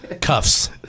Cuffs